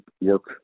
work